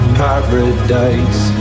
paradise